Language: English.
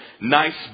nice